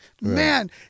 man